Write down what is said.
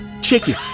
chicken